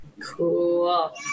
Cool